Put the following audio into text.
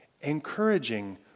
encouraging